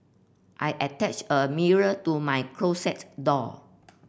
I attached a mirror to my closet door